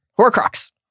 Horcrux